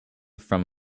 from